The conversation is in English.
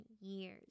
years